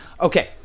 Okay